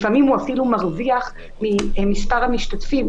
לפעמים הוא אפילו מרוויח ממספר המשתתפים.